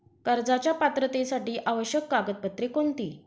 कर्जाच्या पात्रतेसाठी आवश्यक कागदपत्रे कोणती?